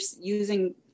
using